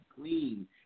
clean